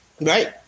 Right